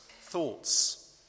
thoughts